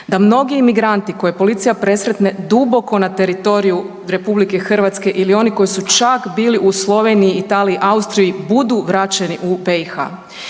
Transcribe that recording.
da mnogi emigranti koje policija presretne duboko na teritoriju RH ili oni koji su čak bili u Sloveniji i Italiji i Austriji budu vraćeni u BiH?